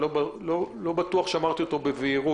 עד ה-2 בחודש.